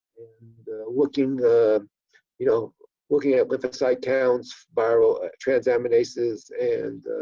looking you know looking at lymphocyte counts, viral transaminases and